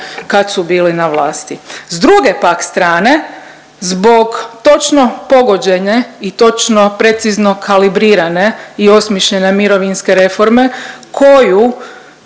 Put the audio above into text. kad su bili na vlasti. S druge pak strane zbog točno pogođene i točno precizno kalibrirane i osmišljene mirovinske reforme koju